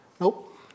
Nope